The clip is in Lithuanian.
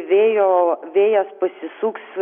vėjo vėjas pasisuks